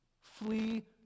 Flee